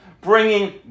bringing